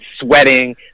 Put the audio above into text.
sweating